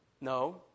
No